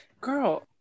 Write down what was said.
Girl